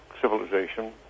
civilization